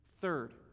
Third